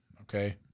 okay